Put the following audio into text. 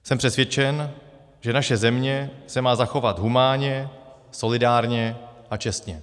Jsem přesvědčen, že naše země se má zachovat humánně, solidárně a čestně.